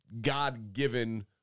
God-given